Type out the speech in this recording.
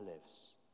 lives